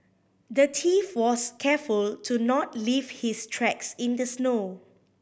the thief was careful to not leave his tracks in the snow